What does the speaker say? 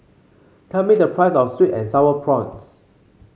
tell me the price of sweet and sour prawns